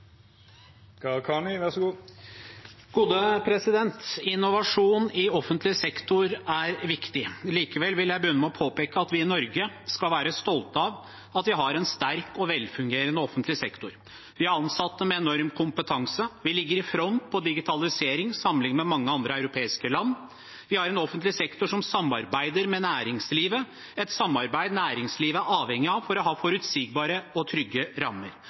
viktig. Likevel vil jeg begynne med å påpeke at vi i Norge skal være stolte av at vi har en sterk og velfungerende offentlig sektor. Vi har ansatte med enorm kompetanse, vi ligger i front når det gjelder digitalisering, sammenlignet med mange andre europeiske land. Vi har en offentlig sektor som samarbeider med næringslivet, et samarbeid næringslivet er avhengig av for å ha forutsigbare og trygge rammer.